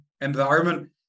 environment